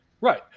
Right